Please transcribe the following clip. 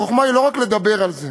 החוכמה היא לא רק לדבר על זה